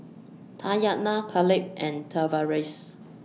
Tatyanna Kaleb and Tavaris